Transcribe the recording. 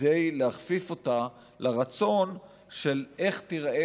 כדי להכפיף אותה לרצון של איך תיראה